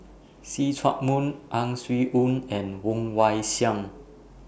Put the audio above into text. See Chak Mun Ang Swee Aun and Woon Wah Siang